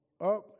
up